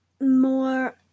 more